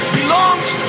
belongs